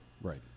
Right